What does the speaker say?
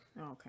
okay